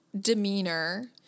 demeanor